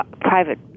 private